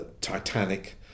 Titanic